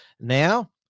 now